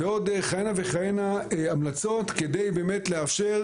ועוד כהנה וכהנה המלצות כדי באמת לאפשר